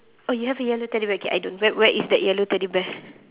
oh you have a yellow teddy bear okay I don't whe~ where is that yellow teddy bear